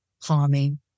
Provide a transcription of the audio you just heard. calming